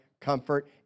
comfort